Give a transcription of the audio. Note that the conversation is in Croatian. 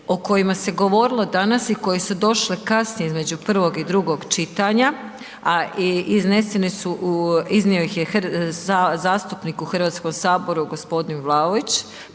o kojima se govorilo danas i koje su došle kasnije između prvog i drugog čitanja a i iznio ih je zastupnik u Hrvatskom saboru, g. Vlaović